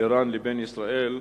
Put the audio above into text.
אירן לבין ישראל.